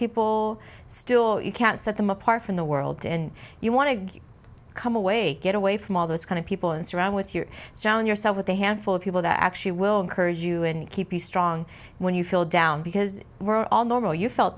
people still or you can't set them apart from the world and you want to come away get away from all those kind of people and surround with your sound yourself with a handful of people that actually will encourage you and keep the strong when you feel down because we're all normal you felt